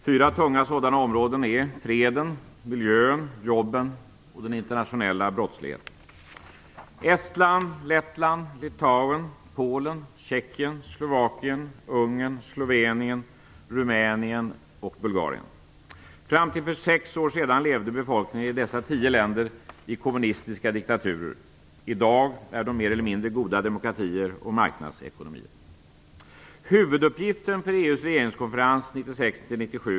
Fyra tunga sådana områden är freden, miljön, jobben och den internationella brottsligheten. Fram till för sex år sedan levde befolkningen i dessa tio länder i kommunistiska diktaturer. I dag är de mer eller mindre goda demokratier och marknadsekonomier.